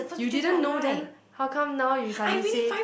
you didn't know then how come now you suddenly say